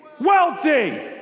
wealthy